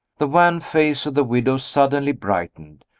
the wan face of the widow suddenly brightened.